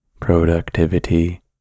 productivity